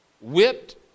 whipped